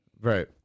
right